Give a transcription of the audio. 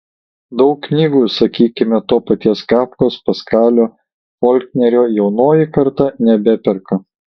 daug knygų sakykime to paties kafkos paskalio folknerio jaunoji karta nebeperka